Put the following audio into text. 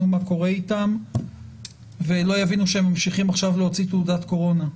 מה קורה איתם ולא יבינו שהם ממשיכים עכשיו להוציא תעודת קורונה.